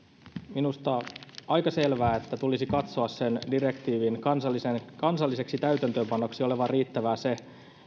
minusta aika selvää että tulisi katsoa sen direktiivin kansalliseksi täytäntöönpanoksi olevan riittävää se